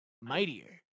mightier